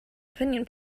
opinion